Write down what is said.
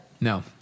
No